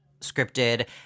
scripted